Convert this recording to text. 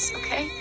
okay